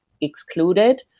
excluded